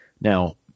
Now